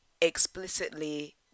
explicitly